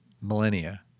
millennia